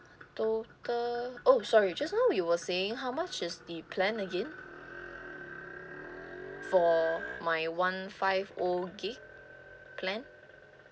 total oh sorry just now we were saying how much is the plan again for my one five O G_B plan